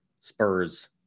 Spurs